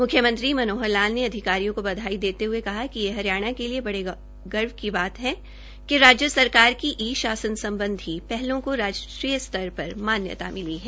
मुख्मयंत्री मनोहर लाल ने अधिकारियों को बधाई देते हये कहा कि यह हरियाणा के लिए बड़े गर्व की बात है कि राज्य सरकार की ई शासन सम्बधी पहलों को राष्ट्रीय स्तर पर मान्यता मिली है